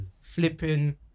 flipping